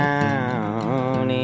Down